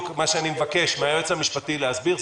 מה שאני מבקש מהיועץ המשפטי להסביר.